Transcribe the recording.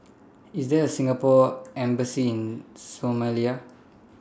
IS There A Singapore Embassy in Somalia